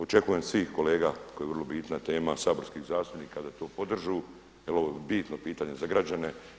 Očekujem od svih kolega koja je vrlo bitna tema saborskih zastupnika da to podržu jel ovo je bitno pitanje za građane.